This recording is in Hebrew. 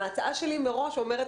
ההצעה שלי אומרת